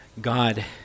God